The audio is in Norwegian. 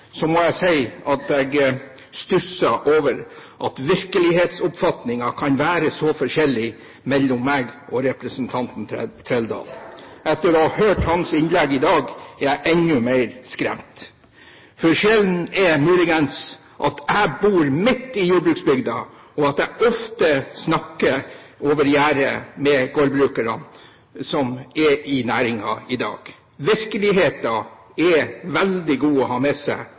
jeg må si at jeg stusser over at virkelighetsoppfatningen kan være så forskjellig hos meg og hos representanten Trældal. Etter å ha hørt hans innlegg i dag er jeg enda mer skremt. Forskjellen er muligens at jeg bor midt i jordbruksbygda, og at jeg ofte snakker over gjerdet med gårdbrukerne som er i næringen i dag. Virkeligheten er veldig god å ha med seg,